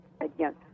again